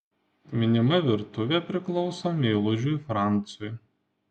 minima virtuvė priklauso meilužiui francui